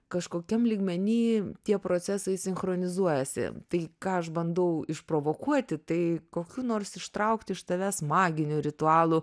kažkokiam lygmeny tie procesai sinchronizuojasi tai ką aš bandau išprovokuoti tai kokių nors ištraukt iš tavęs maginių ritualų